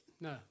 No